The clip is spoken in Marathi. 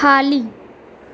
खाली